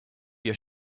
your